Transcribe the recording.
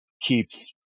keeps